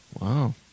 Wow